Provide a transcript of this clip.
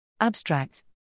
Abstract